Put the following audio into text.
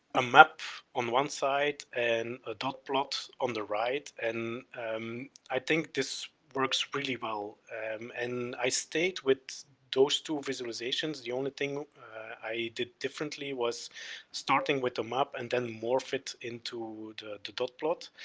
a map on one side and a dot plot on the right and um i think this works really well and i stayed with those two visualisations, the only thing i did differently was starting with a map and then morph it into the dot plot